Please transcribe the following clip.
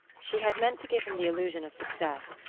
she had meant to give him the illusion of success,